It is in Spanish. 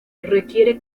requiere